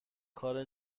کار